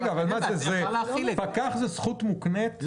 פקח זאת זכות מוקנית?